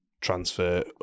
transfer